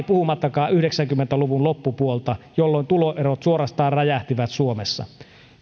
puhumattakaan yhdeksänkymmentä luvun loppupuolesta jolloin tuloerot suorastaan räjähtivät suomessa